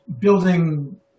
building